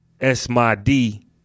S-my-D